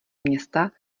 města